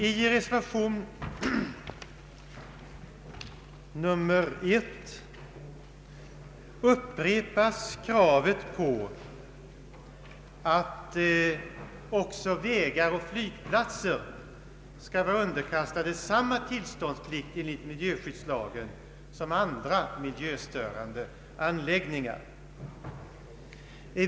I reservation I upprepas kravet på att vägar och flygplatser skall vara underkastade samma tillståndsplikt enligt miljöskyddslagen som andra miljöstörande anläggningar.